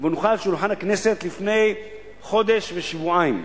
והונחה על שולחן הכנסת לפני חודש ושבועיים.